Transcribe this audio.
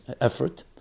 effort